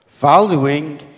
Valuing